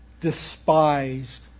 despised